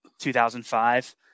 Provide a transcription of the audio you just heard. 2005